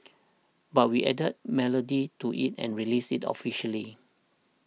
but we added melody to it and released it officially